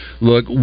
Look